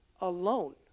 alone